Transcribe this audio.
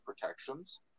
protections